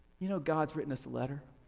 you know, god's written us a letter.